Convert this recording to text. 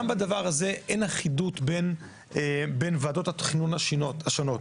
גם בדבר הזה אין אחידות בין ועדות התכנון השונות.